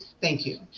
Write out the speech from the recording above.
thank you.